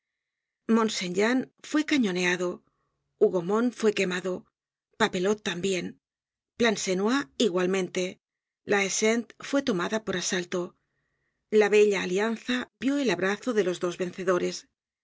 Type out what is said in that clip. mont saint jean fue cañoneado hougomont fue quemado papelotte tambien plancenoit igualmente la haie sainte fue tomada por asalto la bella alianza vió el abrazo de los dos vencedores